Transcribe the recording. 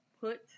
put